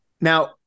Now